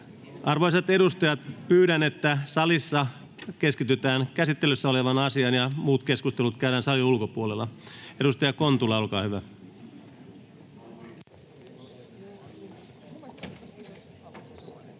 Arvoisat edustajat, pyydän, että salissa keskitytään käsittelyssä olevaan asiaan ja muut keskustelut käydään salin ulkopuolella. — Edustaja Kontula, olkaa hyvä.